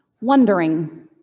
wondering